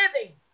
living